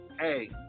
hey